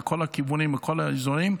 מכל הכיוונים ומכל האזורים,